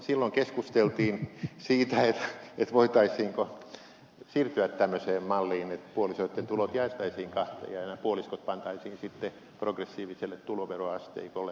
silloin keskusteltiin siitä voitaisiinko siirtyä tämmöiseen malliin että puolisoitten tulot jaettaisiin kahtia ja puoliskot pantaisiin sitten progressiiviselle tuloveroasteikolle